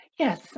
Yes